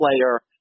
player